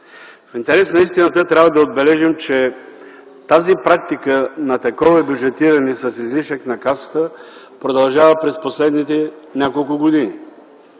В интерес на истината трябва да отбележим, че тази практика, на такова бюджетиране с излишък на Касата, продължава през последните няколко години,